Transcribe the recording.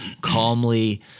calmly